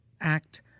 act